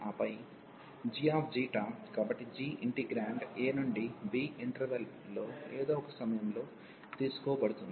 ఆపై gξ కాబట్టి g integrand a నుండి b ఇంటర్వెల్ లో ఏదో ఒక సమయంలో తీసుకోబడుతుంది